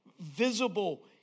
Visible